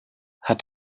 hat